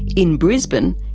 in brisbane,